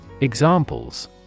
Examples